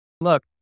look